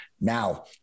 Now